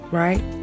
right